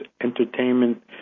entertainment